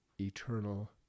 eternal